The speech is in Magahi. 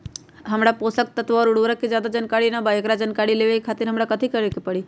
हमरा पोषक तत्व और उर्वरक के ज्यादा जानकारी ना बा एकरा जानकारी लेवे के खातिर हमरा कथी करे के पड़ी?